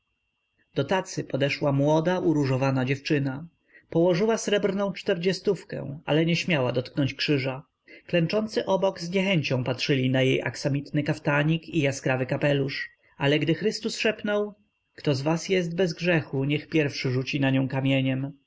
do tacy podeszła młoda uróżowana dziewczyna położyła srebrną czterdziestówkę ale nie śmiała dotknąć krzyża klęczący obok z niechęcią patrzyli na jej aksamitny kaftanik i jaskrawy kapelusz ale gdy chrystus szepnął kto z was jest bez grzechu niech rzuci na nią kamieniem